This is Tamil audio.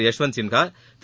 யஷ்வந்த் சின்ஹா திரு